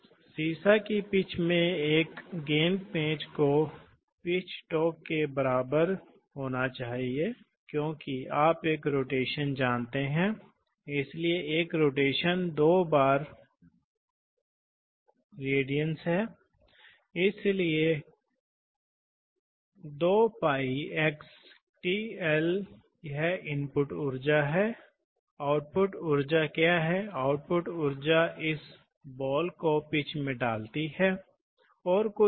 क्योंकि हवा के पथ को स्थापित करने के लिए समय की आवश्यकता होती है वायु को अंतिम कक्ष में प्रवाहित करना चाहिए और फिर कक्ष में दबाव विकसित करने के लिए इसलिए वायु स्रोत से कक्ष तक वायु मार्ग वायु मार्ग की स्थापना की जानी चाहिए और फिर कक्ष में दबाव डालना चाहिए कुछ आगे बढ़ने से पहले विकसित होना चाहिए